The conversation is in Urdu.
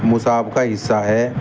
نصاب کا حصہ ہے